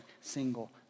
single